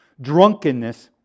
drunkenness